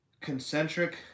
concentric